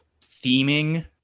theming